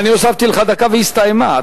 אני הוספתי לך דקה והיא הסתיימה.